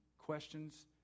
Questions